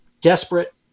Desperate